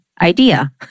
Idea